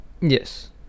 yes